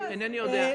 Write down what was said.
אינני יודע.